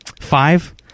Five